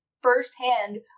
firsthand